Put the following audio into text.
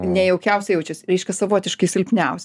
nejaukiausiai jaučias reiškia savotiškai silpniausi